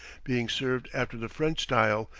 being served after the french style,